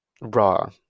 raw